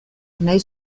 nahi